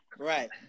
right